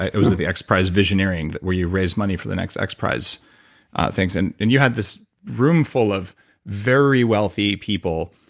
it was at the xprize vision hearing where you raised money for the next next xprize things. and and you had this room full of very wealthy people.